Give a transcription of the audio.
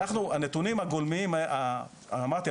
אמרתי,